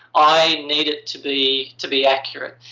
i need it to be to be accurate.